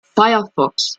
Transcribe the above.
firefox